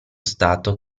stato